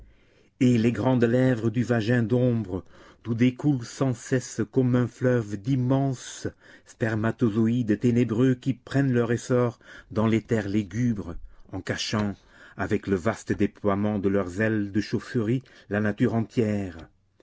et les grandes lèvres du vagin d'ombre d'où découlent sans cesse comme un fleuve d'immenses spermatozoïdes ténébreux qui prennent leur essor dans l'éther lugubre en cachant avec le vaste déploiement de leurs ailes de chauve-souris la nature entière